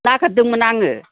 नागिरदोंमोन आङो